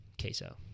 Queso